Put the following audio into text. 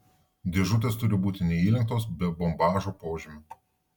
dėžutės turi būti neįlenktos be bombažo požymių